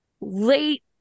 late